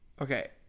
Okay